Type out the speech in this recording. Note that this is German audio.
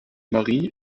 marie